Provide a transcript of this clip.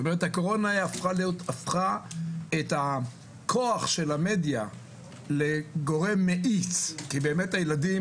הקורונה הפכה את הכוח של המדיה לגורם מאיץ כי הילדים